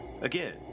Again